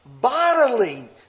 bodily